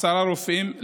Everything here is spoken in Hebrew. עשרה רופאים,